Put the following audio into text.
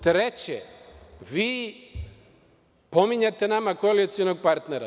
Treće - vi pominjete nama koalicionog partnera.